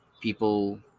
People